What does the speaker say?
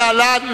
להלן,